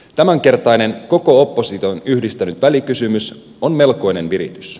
tämänkertainen koko opposition yhdistänyt välikysymys on melkoinen viritys